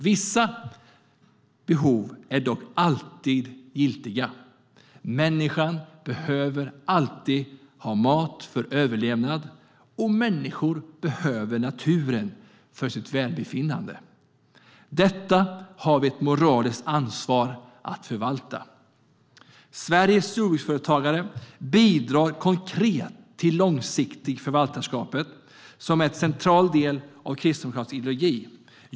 Vissa behov är dock alltid giltiga; människan behöver alltid mat för överlevnad, och människan behöver naturen för sitt välbefinnande. Detta har vi ett moraliskt ansvar att förvalta. Sveriges jordbruksföretagare bidrar konkret till det långsiktiga förvaltarskapet, som är en central del av kristdemokratisk ideologi.